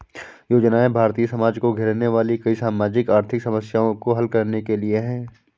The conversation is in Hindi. योजनाएं भारतीय समाज को घेरने वाली कई सामाजिक आर्थिक समस्याओं को हल करने के लिए है